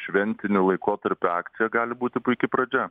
šventiniu laikotarpiu akcija gali būti puiki pradžia